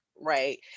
right